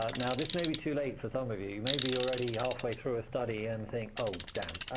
ah now, this may be too late for some of you. you may be already halfway through a study and think, oh damn,